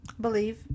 Believe